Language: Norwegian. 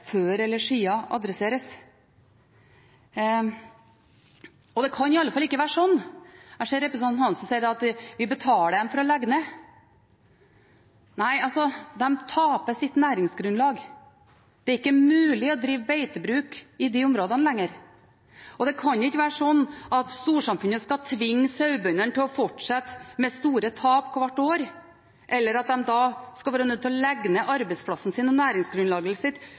før eller siden adresseres. Jeg hører representanten Hansson si at vi betaler dem for å legge ned. Nei, de taper sitt næringsgrunnlag. Det er ikke mulig å drive beitebruk i disse områdene lenger, og det kan ikke være slik at storsamfunnet skal tvinge sauebøndene til å fortsette med store tap hvert år, eller at de skal være nødt til å legge ned arbeidsplassen sin og næringsgrunnlaget sitt